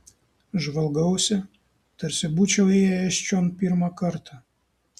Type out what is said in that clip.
žvalgausi tarsi būčiau įėjęs čion pirmą kartą